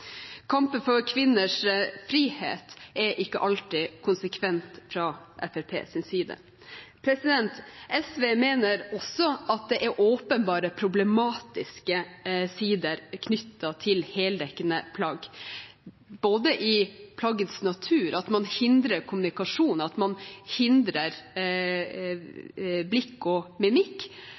Kampen for kvinners frihet er ikke alltid konsekvent fra Fremskrittspartiets side. SV mener også at det er åpenbare problematiske sider knyttet til heldekkende plagg, både i plaggets natur – at man hindrer kommunikasjon, at man hindrer blikk og mimikk